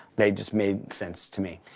they just made sense to me.